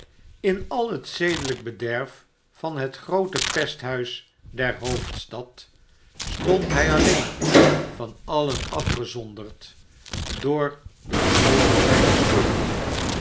in al het zedelijk bederf van het groote pesthuis der hoofdstad stond hij alleen van alien afgeonderd door de grootte zijner schuld